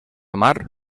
mar